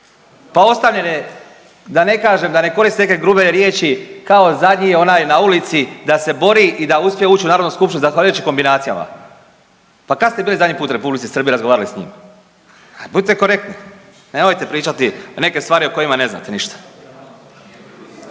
da ne kažem, da ne koristim neke grube riječi kao zadnji onaj na ulici da se bori i da uspije ući u Narodnu skupštinu zahvaljujući kombinacijama. Pa kad ste bili zadnji put u R. Srbiji i razgovarali s njim? Budite korektni, nemojte pričati neke ostvari o kojima ne znate ništa.